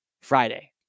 Friday